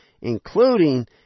including